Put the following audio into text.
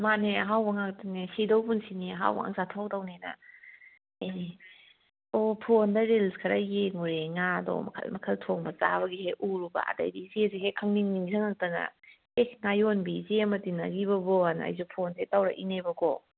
ꯃꯥꯟꯅꯦ ꯑꯍꯥꯎꯕ ꯉꯥꯛꯇꯅꯦ ꯁꯤꯒꯗꯧ ꯄꯨꯟꯁꯤꯅꯦ ꯑꯍꯥꯎꯕ ꯉꯥꯛ ꯆꯥꯊꯣꯛꯍꯧꯗꯧꯅꯦꯅ ꯑꯣ ꯐꯣꯟꯗ ꯔꯤꯜꯁ ꯈꯔ ꯌꯦꯡꯉꯨꯔꯦ ꯉꯥꯗꯣ ꯃꯈꯜ ꯃꯈꯜ ꯊꯣꯡꯕ ꯆꯥꯕꯒꯤ ꯍꯦꯛ ꯎꯔꯨꯕ ꯑꯗꯩꯗꯤ ꯏꯆꯦꯁꯦ ꯍꯦꯛ ꯈꯪꯅꯤꯡ ꯅꯤꯡꯁꯤꯡꯉꯛꯇꯅ ꯑꯦꯍ ꯉꯥꯌꯣꯟꯕꯤ ꯏꯆꯦ ꯑꯃ ꯇꯤꯟꯅꯈꯤꯕꯕꯣꯅ ꯑꯩꯁꯦ ꯐꯣꯟꯁꯦ ꯇꯧꯔꯛꯏꯕꯅꯦꯕꯀꯣ